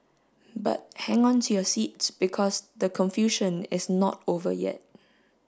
but hang on to your seats because the confusion is not over yet